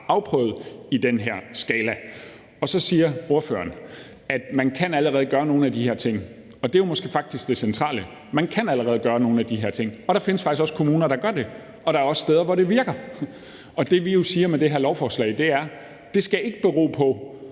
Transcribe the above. afprøvet i den her skala. Så siger ordføreren, at man allerede kan gøre nogle af de her ting, og det er måske faktisk det centrale. Man kan allerede gøre nogle af de her ting, og der findes faktisk kommuner, der gør det, og der er også steder, hvor det virker. Det, vi jo siger med det her lovforslag, er, at det ikke skal bero på,